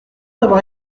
d’avoir